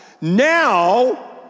now